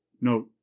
Note